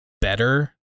better